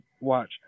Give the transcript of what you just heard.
watch